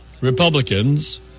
Republicans